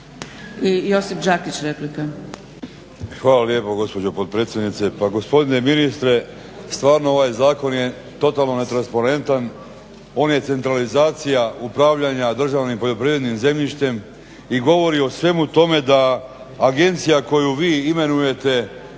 Josip (HDZ)** Hvala lijepo gospođo potpredsjednice. Pa gospodine ministre, stvarno ovaj zakon je totalno ne transparentan, on je centralizacija upravljanja državnim poljoprivrednim zemljištem i govori o svemu tome da agencija koju vi imenujete